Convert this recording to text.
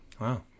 Wow